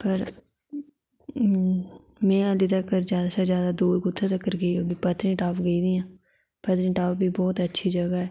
पर में ऐल्ली तगर जादै कशा जादै जादै कुत्थें गेई होगी पत्तनीटाप गेदी आं पत्तनीटाप बी बहुत अच्छी जगह ऐ